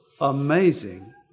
amazing